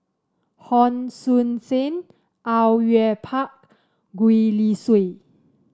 Hon Sui Sen Au Yue Pak Gwee Li Sui